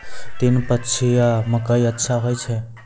तीन पछिया मकई अच्छा होय छै?